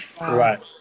Right